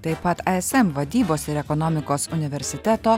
taip pat ai es em vadybos ir ekonomikos universiteto